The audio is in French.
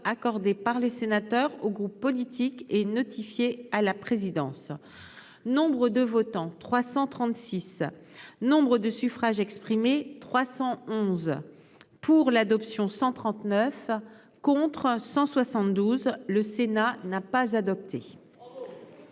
accordé par les sénateurs aux groupes politiques et notifié à la présidence, nombre de votants 336 Nombre de suffrages exprimés 311 pour l'adoption 139 contre 172 le Sénat n'a pas adopté.